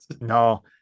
no